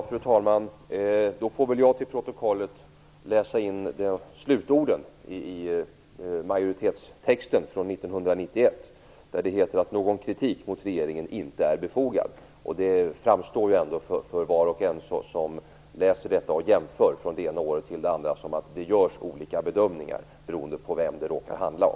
Fru talman! Då får väl jag till protokollet läsa in slutorden i majoritetstexten från 1991, där det heter att någon kritik mot regeringen inte är befogad. Det framstår ändå för var och en som läser detta och jämför från det ena året till det andra som att det görs olika bedömningar beroende på vem det råkar handla om.